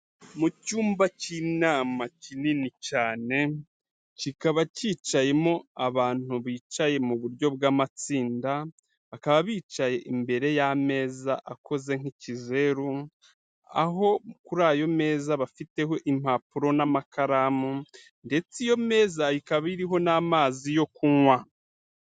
Mu cyumba cy'inama kinini cyane, kikaba cyicayemo abantu bicaye mu buryo bw'amatsinda, bakaba bicaye imbere y'ameza akoze nk'ikizeru, aho kuri ayo meza bafiteho impapuro n'amakaramu, ndetse iyo meza ikaba iriho n'amazi yo kunywa.